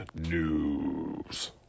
news